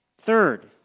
Third